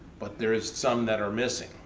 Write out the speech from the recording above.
but there is some that are missing.